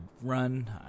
run